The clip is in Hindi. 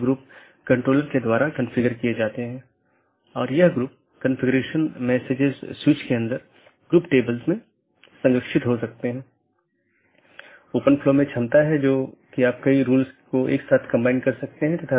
तो ये वे रास्ते हैं जिन्हें परिभाषित किया जा सकता है और विभिन्न नेटवर्क के लिए अगला राउटर क्या है और पथों को परिभाषित किया जा सकता है